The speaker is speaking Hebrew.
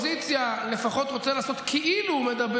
ועדיין תסכים איתי שיש איזו סתירה מובנית